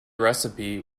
recipe